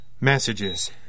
messages